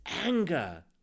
anger